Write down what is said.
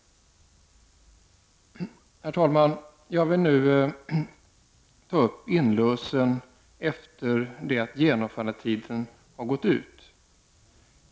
Herr talman! Jag vill nu ta upp inlösen efter genomförandetidens utgång.